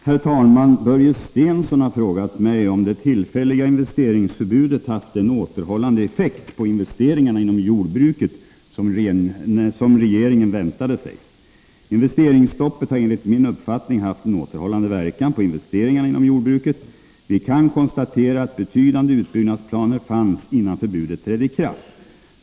Herr talman! Börje Stensson har frågat mig om det tillfälliga investeringsförbudet haft den återhållande effekt på investeringarna inom jordbruket som regeringen väntade sig. Investeringsstoppet har enligt min uppfattning haft en återhållande verkan på investeringarna inom jordbruket. Vi kan konstatera att betydande utbyggnadsplaner fanns innan förbudet trädde i kraft.